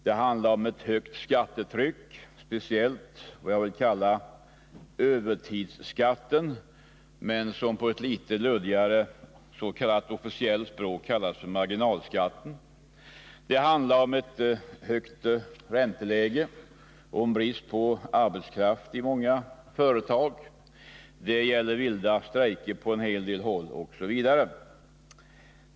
Det handlar om ett högt skattetryck, speciellt vad jag vill kalla ”övertidsskatten” men som på ett litet luddigare s.k. officiellt språk kallas marginalskatten. Det handlar om ett högt ränteläge och om brist på arbetskraft i många företag. Det gäller vilda strejker på en hel del håll osv.